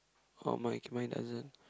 oh mine mine doesn't